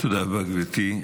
תודה רבה, גברתי.